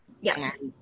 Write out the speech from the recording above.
Yes